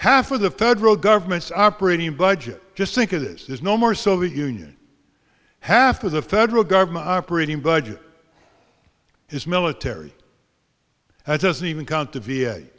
half of the federal government's operating budget just think of this is no more soviet union half of the federal government operating budget is military and it doesn't even count the v